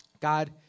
God